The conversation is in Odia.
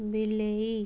ବିଲେଇ